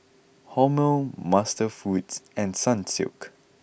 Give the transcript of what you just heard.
Hormel MasterFoods and Sunsilk